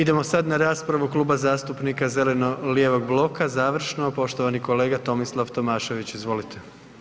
Idemo sad na raspravu Kluba zastupnika zeleno-lijevog bloka, završno, poštovani kolega Tomislav Tomašević, izvolite.